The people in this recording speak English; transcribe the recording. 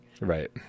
Right